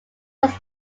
was